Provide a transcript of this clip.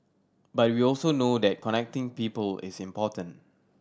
but we also know that connecting people is important